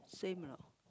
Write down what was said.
same or not